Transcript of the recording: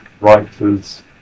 writers